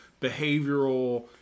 behavioral